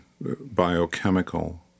biochemical